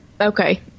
Okay